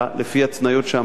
לפי ההתניות שאמרתי,